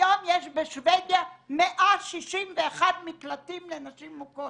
היום יש בשוודיה 161 מקלטים לנשים מוכות.